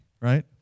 right